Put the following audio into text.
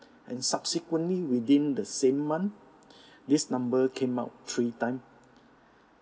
and subsequently within the same month this number came out three time